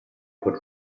could